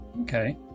Okay